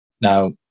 Now